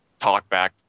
talkback